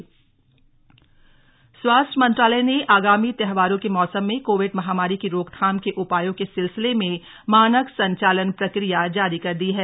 त्योहार गाइडलाइंस स्वास्थ्य मंत्रालय ने आगामी त्योहारों के मौसम में कोविड महामारी की रोकथाम के उपायों के सिलसिले में मानक संचालन प्रक्रिया जारी कर दी है